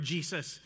Jesus